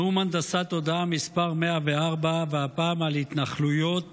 נאום הנדסת תודעה מס' 104, והפעם על התנחלויות